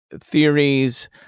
theories